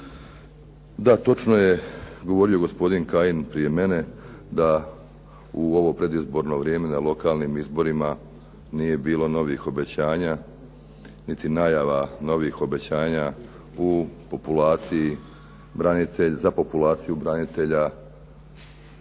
Da, točno je govorio gospodin Kajin prije mene da u ovo predizborno vrijeme na lokalnim izborima nije bilo novih obećanja niti najava novih obećanja za populaciju branitelja kako